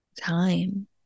time